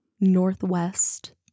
Northwest